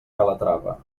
calatrava